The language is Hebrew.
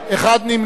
נמנע אחד.